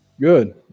Good